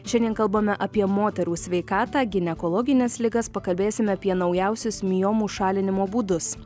šiandien kalbame apie moterų sveikatą ginekologines ligas pakalbėsime apie naujausius miomų šalinimo būdus